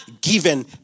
given